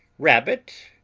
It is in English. rabbit,